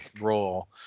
role